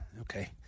okay